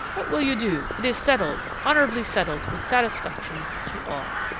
what will you do? it is settled honourably settled with satisfaction to all.